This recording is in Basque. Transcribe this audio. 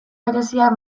berezia